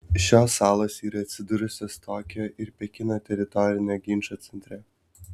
šios salos yra atsidūrusios tokijo ir pekino teritorinio ginčo centre